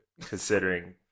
Considering